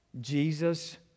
Jesus